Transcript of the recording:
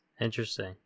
Interesting